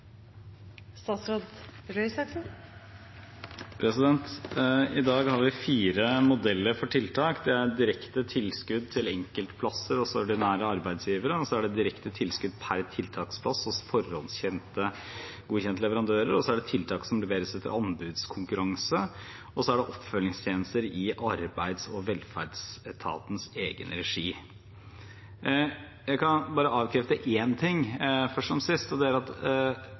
direkte tilskudd til enkelte plasser hos ordinære arbeidsgivere, det er direkte tilskudd per tiltaksplass hos forhåndsgodkjente leverandører, det er tiltak som leveres etter anbudskonkurranse, og det er oppfølgingstjenester i arbeids- og velferdsetatens egen regi. Jeg kan bare avkrefte en ting først som sist, og det er at